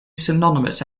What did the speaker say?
synonymous